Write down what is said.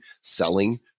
selling